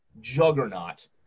juggernaut